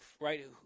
Right